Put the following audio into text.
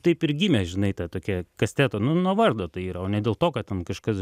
taip ir gimė žinai ta tokia kasteto nu nuo vardo tai yra o ne dėl to kad ten kažkas